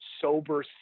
sober